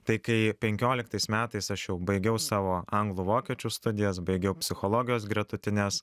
tai kai penkioliktais metais aš jau baigiau savo anglų vokiečių studijas baigiau psichologijos gretutines